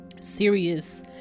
serious